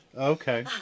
Okay